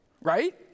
Right